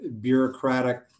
bureaucratic